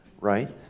right